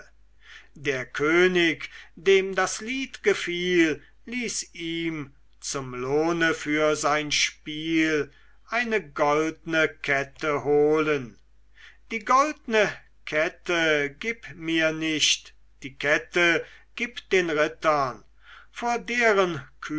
der könig dem das lied gefiel ließ ihm zum lohne für sein spiel eine goldne kette holen die goldne kette gib mir nicht die kette gib den rittern vor deren